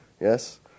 Yes